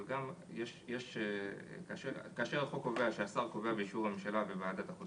אבל אם החוק קובע שהשר קובע באישור הממשלה וועדת החוץ